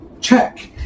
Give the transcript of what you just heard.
check